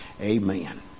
Amen